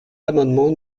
l’amendement